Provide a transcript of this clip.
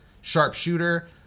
Sharpshooter